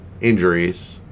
injuries